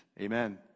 Amen